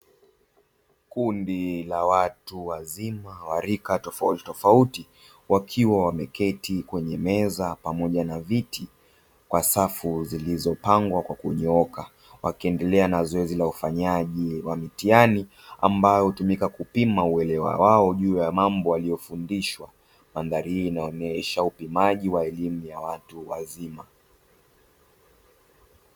Kundi la watu wazima wa rika tofauti tofauti wakiwa wameketi kwenye meza pamoja na viti kwa safu zilizopangwa kwa kunyooka, wakiendelea na zoezi la ufanyaji wa mitihani ambayo hutumika kupima uelewa wao juu ya mambo waliyofundishwa, mandhari hii inaonyesha upimaji wa elimu ya watu wazima.